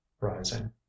rising